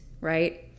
right